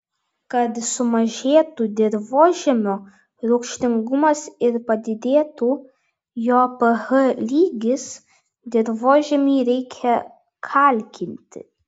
kad sumažėtų dirvožemio rūgštingumas ir padidėtų jo ph lygis dirvožemį reikia kalkinti